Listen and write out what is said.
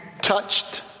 touched